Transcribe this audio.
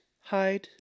hide